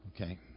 Okay